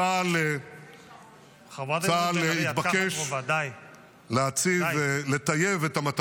צה"ל התבקש -- חברת הכנסת בן ארי, את ככה קרובה.